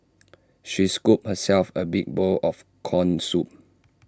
she scooped herself A big bowl of Corn Soup